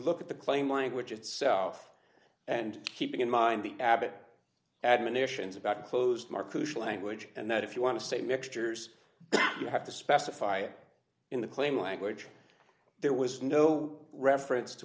look at the claim language itself and keeping in mind the abbott admonitions about closed marcus language and that if you want to say mixtures you have to specify in the claim language there was no reference to